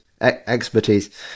expertise